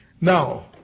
Now